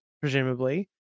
presumably